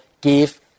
give